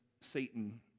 Satan